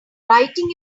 writing